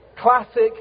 Classic